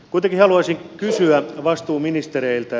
kuitenkin haluaisin kysyä vastuuministereiltä